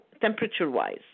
temperature-wise